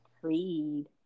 Creed